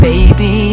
Baby